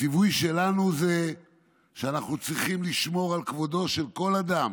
הציווי שלנו הוא שאנחנו צריכים לשמור על כבודו של כל אדם,